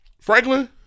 Franklin